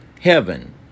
heaven